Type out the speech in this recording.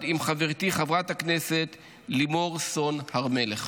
עם חברתי חברת הכנסת לימור סון הר מלך.